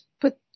put